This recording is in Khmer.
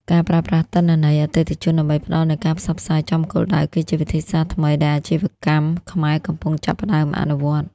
ការប្រើប្រាស់ទិន្នន័យអតិថិជន ដើម្បីផ្ដល់នូវការផ្សព្វផ្សាយចំគោលដៅ គឺជាវិធីសាស្ត្រថ្មីដែលអាជីវកម្មខ្មែរកំពុងចាប់ផ្ដើមអនុវត្ត។